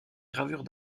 gravures